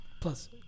Plus